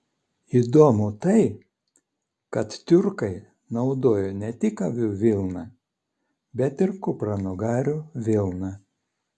įdomu tai kad tiurkai naudojo ne tik avių vilną bet ir kupranugarių vilną